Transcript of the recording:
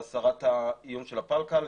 להסרת האיום של הפלקל.